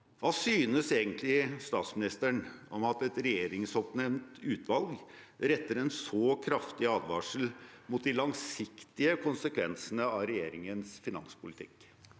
Hva synes egentlig statsministeren om at et regjeringsoppnevnt utvalg retter en så kraftig advarsel mot de langsiktige konsekvensene av regjeringens finanspolitikk?